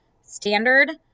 standard